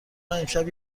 امشب